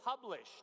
published